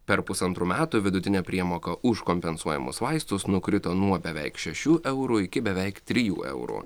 per pusantrų metų vidutinė priemoka už kompensuojamus vaistus nukrito nuo beveik šešių eurų iki beveik trijų eurų